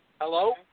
Hello